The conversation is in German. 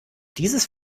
dieses